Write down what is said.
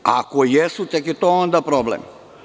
Ako jesu, tek je to onda problem.